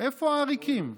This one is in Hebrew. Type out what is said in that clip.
איפה העריקים?